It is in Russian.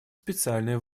специальные